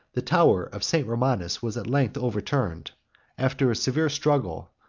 the tower of st. romanus was at length overturned after a severe struggle,